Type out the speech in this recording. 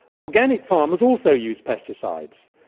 organic farmers also use pesticides.